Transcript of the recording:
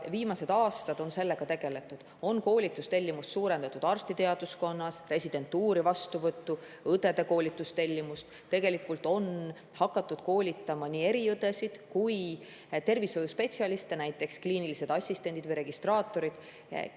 viimased aastad on sellega tegeletud. On koolitustellimust suurendatud arstiteaduskonnas, residentuuri vastuvõttu, õdede koolitamise tellimust. Tegelikult on hakatud koolitama nii eriõdesid kui [muid] tervishoiuspetsialiste, näiteks kliinilisi assistente ja registraatoreid, kellel